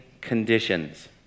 conditions